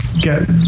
get